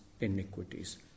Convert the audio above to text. iniquities